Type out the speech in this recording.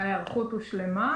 ההיערכות הושלמה,